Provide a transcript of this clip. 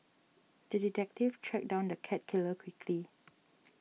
the detective tracked down the cat killer quickly